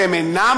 והם אינם